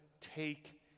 take